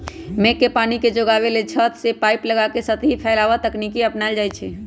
मेघ के पानी के जोगाबे लेल छत से पाइप लगा के सतही फैलाव तकनीकी अपनायल जाई छै